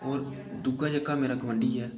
होर दूआ जेह्का मेरा गोआंडी ऐ